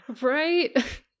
right